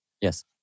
yes